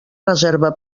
reserva